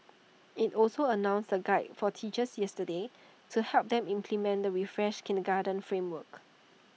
IT also announced A guide for teachers yesterday to help them implement the refreshed kindergarten framework